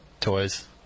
toys